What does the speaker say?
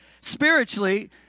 Spiritually